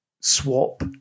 swap